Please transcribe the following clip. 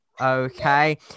Okay